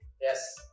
Yes